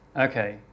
Okay